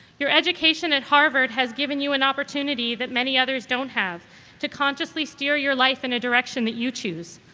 your education at harvard has given you an opportunity that many others don't have to consciously steer your life in a direction that you choose.